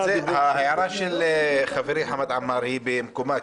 ההערה של חברי חמד עמאר היא במקומה,